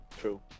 true